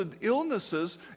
illnesses